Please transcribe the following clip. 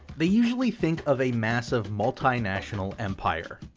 they usually think of a massive multinational empire.